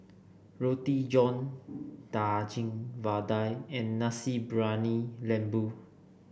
Roti John Daging Vadai and Nasi Briyani Lembu